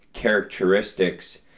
characteristics